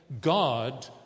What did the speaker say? God